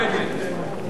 המשרד להגנת הסביבה (חומרים מסוכנים),